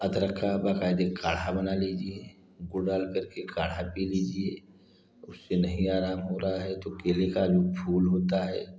अदरक का बक़ायदा काढ़ा बना लीजिए नीम्बू डाल करके काढ़ा पी लीजिए उससे नहीं आराम हो रहा है तो केले का जो फूल होता है